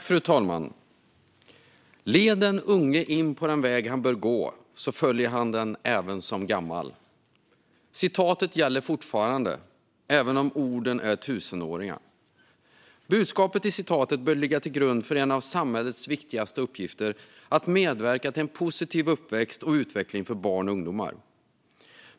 Fru talman! Led den unge in på den väg han bör gå, så följer han den även som gammal. Citatet gäller fortfarande, även om orden är tusenåriga. Budskapet i citatet bör ligga till grund för en av samhällets viktigaste uppgifter, nämligen att medverka till en positiv uppväxt och utveckling för barn och ungdomar.